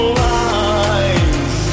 lines